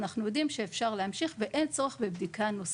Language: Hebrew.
אנחנו יודעים שאפשר להמשיך ואין צורך בבדיקה נוספת.